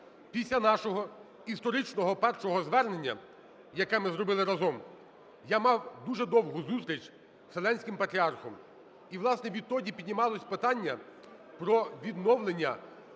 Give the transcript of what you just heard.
Після нашого історичного першого звернення, яке ми зробили разом, я мав дуже довгу зустріч з Вселенським Патріархом. І власне, відтоді піднімалось питання про відновлення